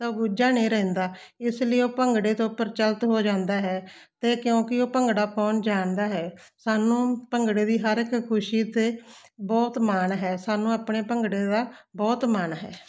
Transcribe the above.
ਤਾਂ ਉਹ ਗੁੱਝਾ ਨਹੀਂ ਰਹਿੰਦਾ ਇਸ ਲਈ ਉਹ ਭੰਗੜੇ ਤੋਂ ਪ੍ਰਚਲਿਤ ਹੋ ਜਾਂਦਾ ਹੈ ਅਤੇ ਕਿਉਂਕਿ ਉਹ ਭੰਗੜਾ ਪਾਉਣ ਜਾਣਦਾ ਹੈ ਸਾਨੂੰ ਭੰਗੜੇ ਦੀ ਹਰ ਇੱਕ ਖੁਸ਼ੀ 'ਤੇ ਬਹੁਤ ਮਾਣ ਹੈ ਸਾਨੂੰ ਆਪਣੇ ਭੰਗੜੇ ਦਾ ਬਹੁਤ ਮਾਣ ਹੈ